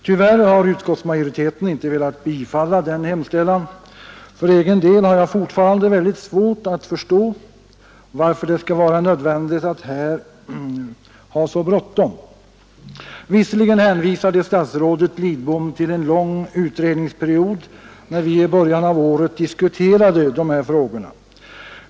Tyvärr har utskottsmajoriteten inte velat tillstyrka denna hemställan. För egen del har jag fortfarande väldigt svårt att förstå varför det skall vara nödvändigt att ha så bråttom. Visserligen hänvisade statsrådet Lidbom till en lång utredningsperiod, när vi i början av året diskuterade de här frågorna.